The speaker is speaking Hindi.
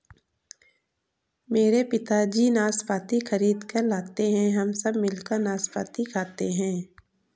मेरे पिताजी नाशपाती खरीद कर लाते हैं हम सब मिलकर नाशपाती खाते हैं